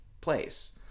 place